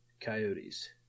Coyotes